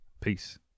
peace